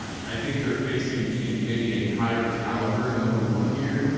i think they're facing a, maybe a higher caliber number one here.